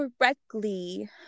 correctly